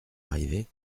arrivé